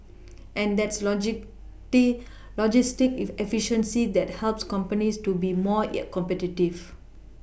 and that's logistic efficiency that helps companies to be more competitive